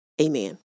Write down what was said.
Amen